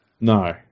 No